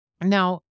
Now